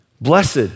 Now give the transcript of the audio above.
Blessed